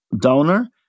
donor